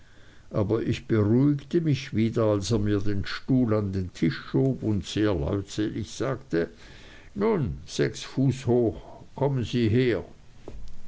aber ich beruhigte mich wieder als er mir den stuhl an den tisch schob und sehr leutselig sagte nun sechsfußhoch kommen sie her